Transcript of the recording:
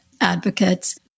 advocates